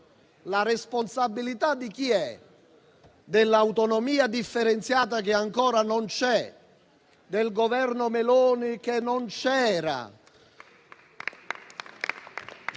La responsabilità di chi è? Dell'autonomia differenziata, che ancora non c'è? Del Governo Meloni, che non c'era?